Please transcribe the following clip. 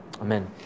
Amen